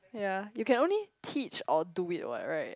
ya you can only teach or do it [what] right